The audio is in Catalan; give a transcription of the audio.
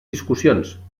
discussions